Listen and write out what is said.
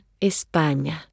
España